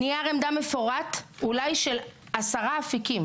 נייר עמדה מפורט אולי של 10 אפיקים